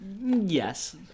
Yes